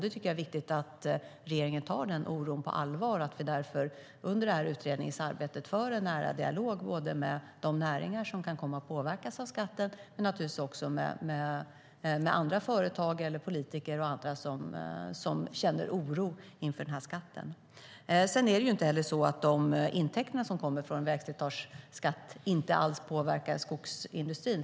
Det är viktigt att regeringen tar den oron på allvar och under utredningens arbete därför för en nära dialog både med de näringar som kan komma att påverkas av skatten och med andra företag eller politiker och andra som känner oro inför den här skatten. Det är inte heller så att de intäkter som kommer från vägslitageskatt inte alls påverkar skogsindustrin.